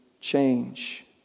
change